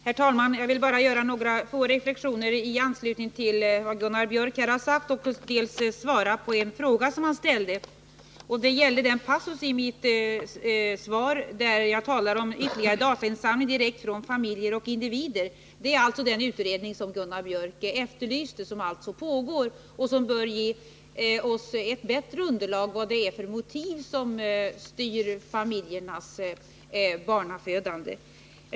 Herr talman! Jag vill dels göra några få reflexioner i anslutning till vad Gunnar Biörck säger, dels svara på en fråga som han ställde. Frågan gällde den passus i mitt svar där jag talar om ytterligare datainsamling direkt från familjer och individer. Det är den utredning Gunnar Biörck efterlyste — som alltså pågår och som bör ge oss ett bättre underlag för att finna vad det är för motiv som styr familjens barnafödande.